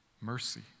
mercy